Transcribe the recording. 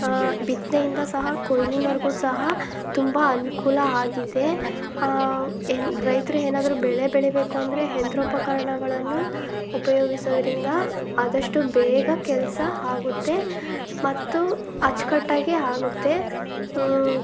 ಬಿತ್ತನೆಯಿಂದ ಸಹ ಕೊಯ್ಲಿನವರೆಗೂ ಸಹ ತುಂಬ ಅನುಕೂಲ ಆಗಿದೆ ರೈತರಿಗೂ ಏನಾದರೂ ಬೆಳೆ ಬೆಳಿಬೇಕೆಂದರೆ ಯಂತ್ರೋಪಕರಣಗಳನ್ನು ಉಪಯೋಗಿಸೋದ್ರಿಂದ ಆದಷ್ಟು ಬೇಗ ಕೆಲಸ ಆಗುತ್ತೆ ಮತ್ತು ಅಚ್ಚುಕಟ್ಟಾಗಿ ಆಗುತ್ತೆ